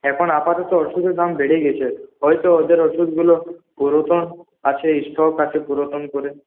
এখন আপাতত ওষুধের দাম বেড়েই গেছে হয়তো ওদের ওষুধগুলো পুরাতন আছে স্টক আছে পুরাতন করে